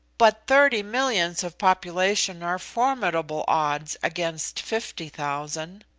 but thirty millions of population are formidable odds against fifty thousand!